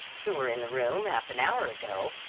who were in the room half an hour ago.